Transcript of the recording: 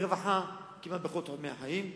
ברווחה, כמעט בכל תחומי החיים.